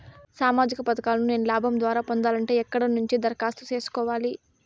సామాజిక పథకాలను నేను లాభం పొందాలంటే ఎక్కడ నుంచి దరఖాస్తు సేసుకోవాలి?